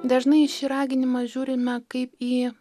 dažnai į šį raginimą žiūrime kaip į